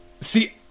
See